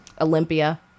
Olympia